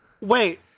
Wait